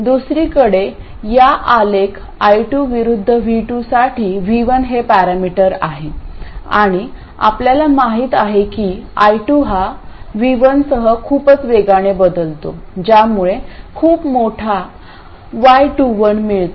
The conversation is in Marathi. दुसरीकडे या आलेख I2 विरुद्ध V2 साठी V1 हे पॅरामीटर आहे आणि आपल्याला माहित आहे की I2 हा V1 सह खूपच वेगाने बदलतो ज्यामुळे खूप मोठा y21 मिळतो